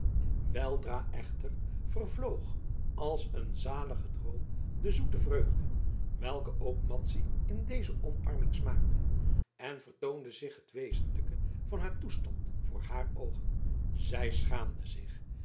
weldra echter vervloog als een zalige droom de zoete vreugde welke ook madzy in deze omarming smaakte en vertoonde zich het wezenlijke van haar toestand voor haar oogen zij schaamde zich